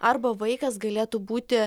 arba vaikas galėtų būti